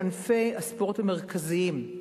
בענפי הספורט המרכזיים,